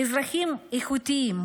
אזרחים איכותיים,